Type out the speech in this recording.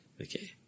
Okay